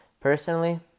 Personally